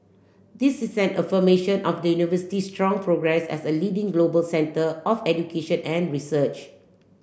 this is an affirmation of the university strong progress as a leading global centre of education and research